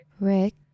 Rick